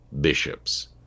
bishops